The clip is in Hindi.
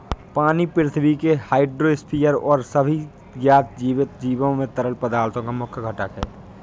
पानी पृथ्वी के हाइड्रोस्फीयर और सभी ज्ञात जीवित जीवों के तरल पदार्थों का मुख्य घटक है